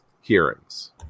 hearings